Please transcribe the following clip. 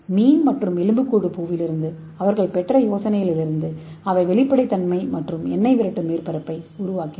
எனவே மீன் மற்றும் எலும்புக்கூடு பூவிலிருந்து அவர்கள் பெற்ற யோசனைகளிலிருந்து அவை வெளிப்படையான மற்றும் எண்ணெய் விரட்டும் மேற்பரப்பை உருவாக்கின